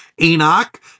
Enoch